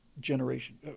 generation